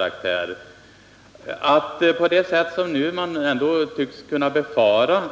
Att staten nu, på det sätt som man tycks kunna befara,